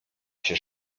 się